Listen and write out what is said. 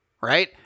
right